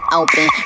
open